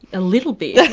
a little bit? yeah